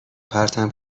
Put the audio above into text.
پرتم